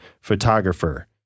photographer